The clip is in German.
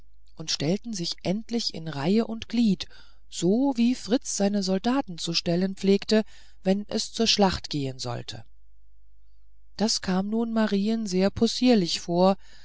und stellten sich endlich in reihe und glied so wie fritz seine soldaten zu stellen pflegte wenn es zur schlacht gehen sollte das kam nun marien sehr possierlich vor